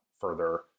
further